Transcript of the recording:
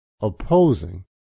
opposing